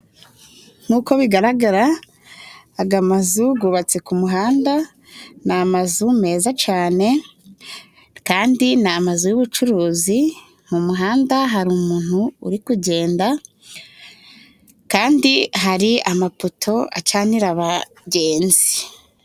Nk'uko bigaragara aga mazu gubatse ku muhanda. Ni amazu meza cane kandi ni amazu y'ubucuruzi, mu muhanda hari umuntu uri kugend, kandi hari amapoto acanira abagenzi.